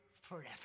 forever